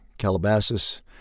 Calabasas